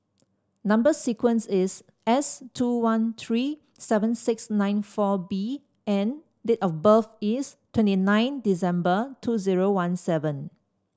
number sequence is S two one three seven six nine four B and date of birth is twenty nine December two zero one seven